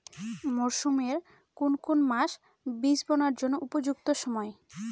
মরসুমের কোন কোন মাস বীজ বোনার উপযুক্ত সময়?